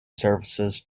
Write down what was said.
services